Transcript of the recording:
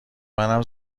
منم